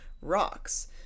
rocks